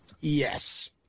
Yes